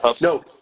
No